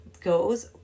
goes